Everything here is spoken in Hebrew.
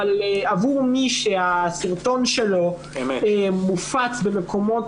אבל עבור מי שהסרטון שלו מופץ במקומות